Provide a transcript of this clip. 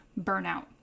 burnout